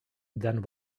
than